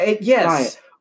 Yes